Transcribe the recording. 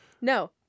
No